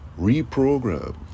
Reprogram